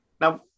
Now